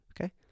Okay